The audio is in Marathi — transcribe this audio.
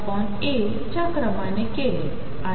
च्याक्रमानेकेले